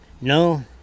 No